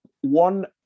one